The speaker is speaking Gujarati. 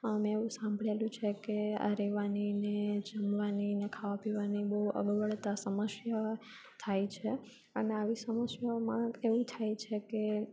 મેં એવું સાંભળેલું છે કે આ રહેવાની જમવાનીને ખાવા પીવાની બહુ અગવડતા સમસ્યા થાય છે અને આવી સમસ્યાઓમાં એવું થાય છે કે